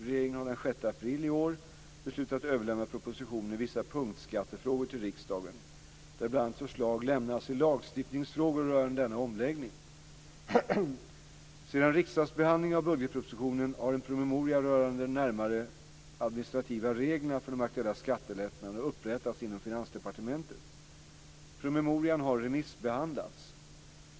Regeringen har den 6 april i år beslutat överlämna propositionen Vissa punktskattefrågor till riksdagen, där bl.a. förslag lämnas i lagstiftningsfrågor rörande denna omläggning (prop. Sedan riksdagsbehandlingen av budgetpropositionen har en promemoria rörande de närmare administrativa reglerna för de aktuella skattelättnaderna upprättats inom Finansdepartementet. Promemorian har remissbehandlats.